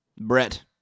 Brett